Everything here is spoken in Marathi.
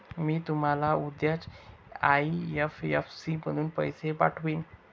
मी तुम्हाला उद्याच आई.एफ.एस.सी मधून पैसे पाठवीन